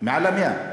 מעל 100. מעל ה-100.